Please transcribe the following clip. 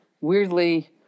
weirdly